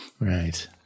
Right